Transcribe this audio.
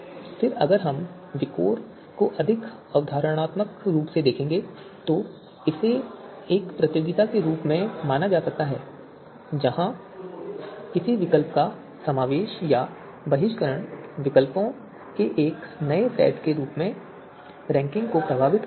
फिर अगर हम विकोर को अधिक अवधारणात्मक रूप से देखेंगे तो इसे एक प्रतियोगिता के रूप में माना जा सकता है जहां किसी विकल्प का समावेश या बहिष्करण विकल्पों के एक नए सेट की रैंकिंग को प्रभावित कर सकता है